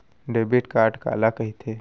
Debit card काला कहिथे?